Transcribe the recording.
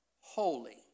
Holy